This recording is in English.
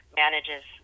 manages